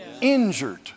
injured